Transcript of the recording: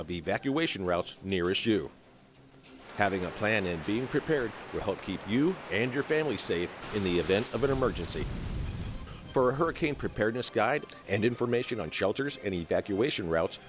of evacuation routes near issue having a plan and being prepared to help keep you and your family safe in the event of an emergency for hurricane preparedness guide and information on shelters any accusation routes